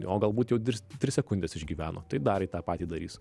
o galbūt jau virs tris sekundes išgyveno tai dar į tą patį darys